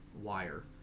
wire